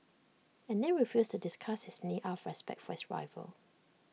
and then refused to discuss his knee out of respect for his rival